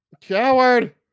Coward